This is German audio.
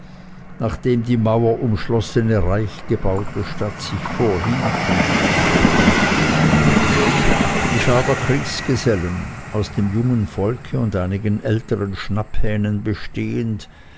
nachdem die mauerumschlossene reichgebaute stadt sich vorhin kundgetan die schar der kriegsgesellen aus dem jungen volke und einigen älteren schnapphähnen bestehend